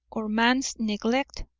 or man's neglect,